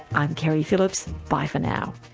i'm keri phillips, bye for now.